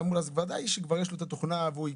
בוודאי שכבר יש לו את התוכנה והוא מכיר.